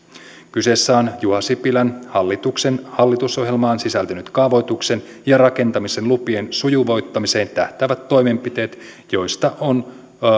kyseessä ovat juha sipilän hallituksen hallitusohjelmaan sisältyneet kaavoituksen ja rakentamisen lupien sujuvoittamiseen tähtäävät toimenpiteet joista on